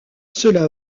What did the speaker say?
cela